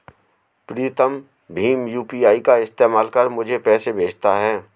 प्रीतम भीम यू.पी.आई का इस्तेमाल कर मुझे पैसे भेजता है